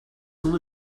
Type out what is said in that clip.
soon